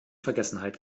vergessenheit